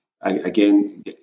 again